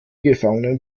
gefangenen